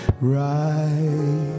Right